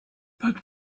but